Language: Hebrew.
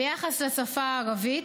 ביחס לשפה ערבית,